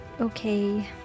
Okay